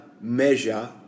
measure